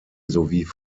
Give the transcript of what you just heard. sowie